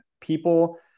people